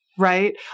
right